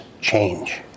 change